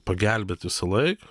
pagelbėt visąlaik